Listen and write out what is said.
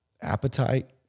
appetite